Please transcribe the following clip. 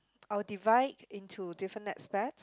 I will divide into different aspect